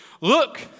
Look